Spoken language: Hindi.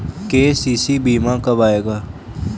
के.सी.सी बीमा कब आएगा?